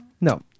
No